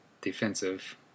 defensive